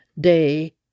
day